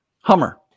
Hummer